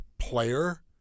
player